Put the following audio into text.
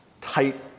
tight